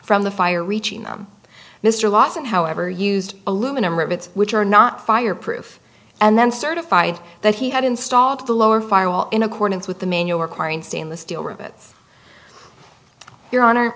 from the fire reaching them mr lawson however used aluminum rivets which are not fireproof and then certified that he had installed the lower firewall in accordance with the manual requiring stainless steel rivets your honor